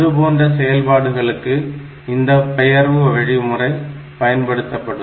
அதுபோன்ற செயல்பாடுகளுக்கு இந்த பெயர்வு வழிமுறை பயன்படுத்தப்படும்